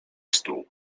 stół